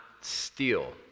steal